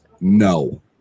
No